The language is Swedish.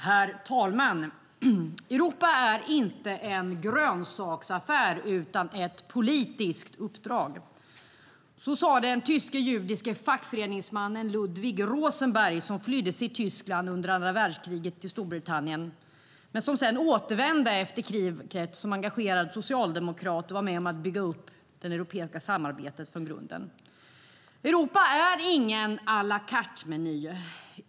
Herr talman! Europa är inte en grönsaksaffär utan ett politiskt uppdrag. Så sade den tyske judiske fackföreningsmannen Ludwig Rosenberg, som flydde från Tyskland till Storbritannien under andra världskriget men som sedan återvände efter kriget som engagerad socialdemokrat och var med om att bygga upp det europeiska samarbetet från grunden. Europa är ingen à la carte-meny.